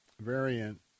variant